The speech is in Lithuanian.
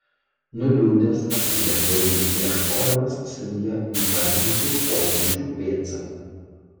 nuliūdęs atsiliepiau lyg ieškodamas savyje įvardytų pojūčių pėdsakų